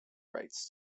rights